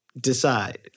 decide